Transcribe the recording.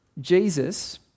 Jesus